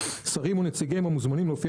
(ב) שרים או נציגיהם המוזמנים להופיע